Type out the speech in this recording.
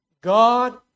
God